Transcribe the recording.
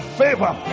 favor